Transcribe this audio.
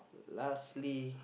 lastly